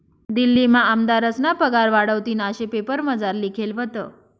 दिल्लीमा आमदारस्ना पगार वाढावतीन आशे पेपरमझार लिखेल व्हतं